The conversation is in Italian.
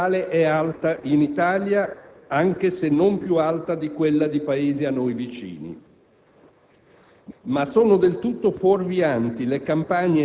Sappiamo che la pressione fiscale è alta in Italia, anche se non più alta di quella dei Paesi a noi vicini.